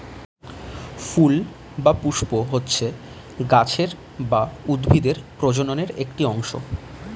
ফুল বা পুস্প হচ্ছে গাছের বা উদ্ভিদের প্রজননের একটি অংশ